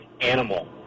animal